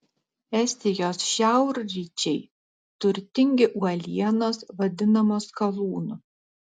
estijos šiaurryčiai turtingi uolienos vadinamos skalūnu